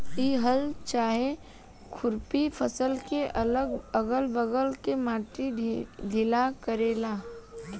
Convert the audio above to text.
इ हल चाहे खुरपी फसल के अगल बगल के माटी ढीला करेला